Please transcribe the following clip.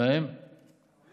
בוא